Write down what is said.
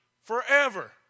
forever